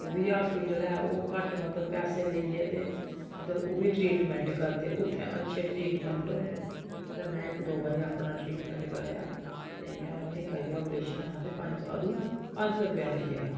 ओह् बी अस्पताल ऐ ओह् घट्ट बद्ध पैसे लेइयै ते मतलब ओह् बी ट्रीटमैंट करदे उत्थै अच्छे ट्रीटमैंट होए दे न उत्थै में इक दो बारी अपना ट्रीटमैंट कराया इ'यां निक्का जेहा प्रेशन हा ते पंज अदूं पंज सौ रपेआ लग्गेआ हा